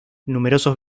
numerosos